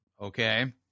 okay